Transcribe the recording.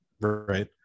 right